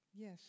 Yes